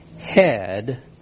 head